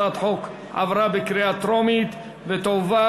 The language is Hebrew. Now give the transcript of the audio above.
הצעת החוק עברה בקריאה טרומית ותועבר